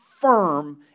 firm